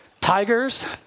tigers